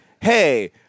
hey